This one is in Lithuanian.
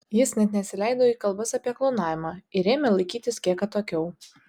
jis net nesileido į kalbas apie klonavimą ir ėmė laikytis kiek atokiau